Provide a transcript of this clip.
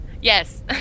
Yes